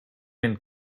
and